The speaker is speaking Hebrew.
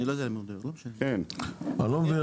אני לא יודע על מה הוא מדבר --- אני לא מבין,